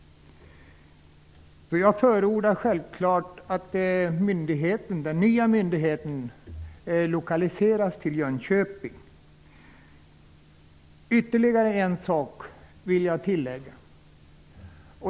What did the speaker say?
Jag förordar självfallet att den nya myndigheten lokaliseras till Jönköping. Herr talman!